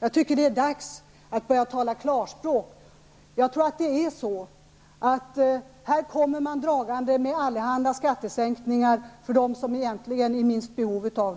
Jag tycker att det är dags att börja tala klarspråk. Jag tror att man kommer dragande med allehanda skattesänkningar för dem som egentligen är i minst behov av